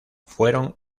fueron